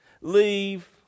leave